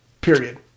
period